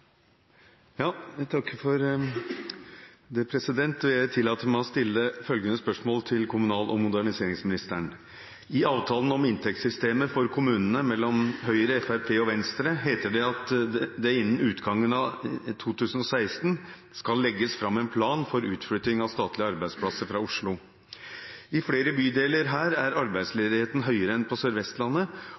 moderniseringsministeren: «I avtalen om inntektssystemet for kommunene mellom Høyre, Fremskrittspartiet og Venstre heter det at det innen utgangen av 2016 skal det legges fram en plan for utflytting av statlige arbeidsplasser fra Oslo. I flere bydeler her er arbeidsledigheten høyere enn på